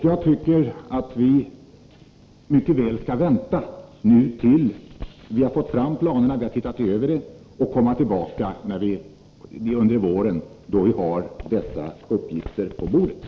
Jag tycker att vi nu skall avvakta den översyn av planerna som kommer att göras och de uppgifter som vi under våren kommer att lägga fram.